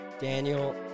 Daniel